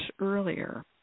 earlier